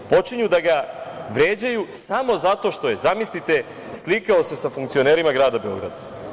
Počinju da ga vređaju samo zato što je, zamislite, slikao se sa funkcionerima grada Beograd.